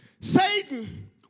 Satan